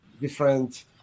different